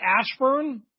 Ashburn